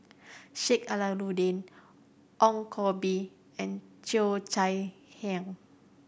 Sheik Alau'ddin Ong Koh Bee and Cheo Chai Hiang